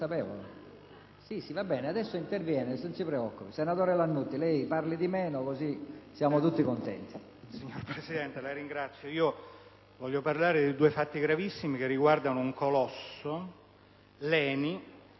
Signor Presidente, voglio parlare di due fatti gravissimi che riguardano un colosso, l'ENI.